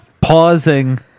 Pausing